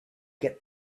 get